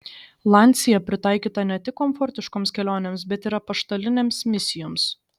lancia pritaikyta ne tik komfortiškoms kelionėms bet ir apaštalinėms misijoms